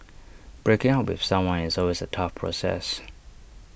breaking up with someone is always A tough process